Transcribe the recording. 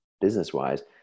business-wise